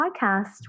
podcast